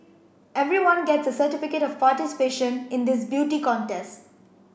everyone gets a certificate of participation in this beauty contest